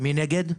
מי נגד?